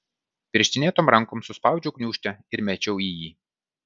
pirštinėtom rankom suspaudžiau gniūžtę ir mečiau į jį